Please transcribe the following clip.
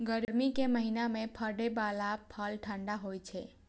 गर्मी के महीना मे फड़ै बला फल ठंढा होइ छै